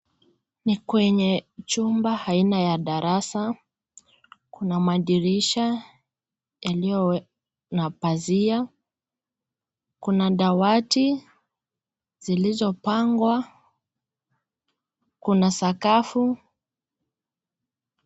Ni kwenye chumba aina ya darasa, kuna madirisha yaliyo na pazia, kuna dawati zilizo pangwa, kuna sakafu.